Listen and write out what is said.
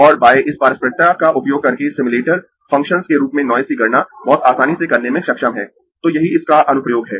और इस पारस्परिकता का उपयोग करके सिम्युलेटर फंक्संस के रूप में नॉइज की गणना बहुत आसानी से करने में सक्षम है तो यही इसका अनुप्रयोग है